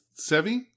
Sevi